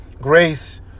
Grace